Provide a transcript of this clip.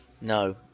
No